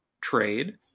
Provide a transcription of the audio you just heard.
trade